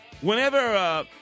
whenever